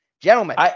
Gentlemen